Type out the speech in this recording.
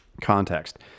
context